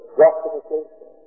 justification